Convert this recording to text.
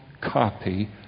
copy